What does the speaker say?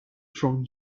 from